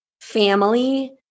family